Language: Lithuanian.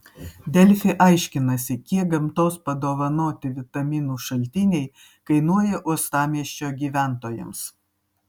delfi aiškinasi kiek gamtos padovanoti vitaminų šaltiniai kainuoja uostamiesčio gyventojams